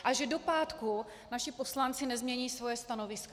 A že do pátku naši poslanci nezmění svoje stanoviska.